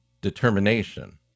Determination